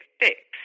fixed